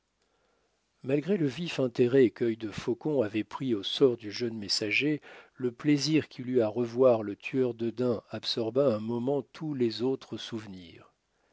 malgré le vif intérêt quœil de faucon avait pris au sort du jeune messager le plaisir qu'il eut à revoir le tueur de daims absorba un moment tous les autres souvenirs